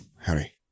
Harry